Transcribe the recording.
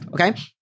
Okay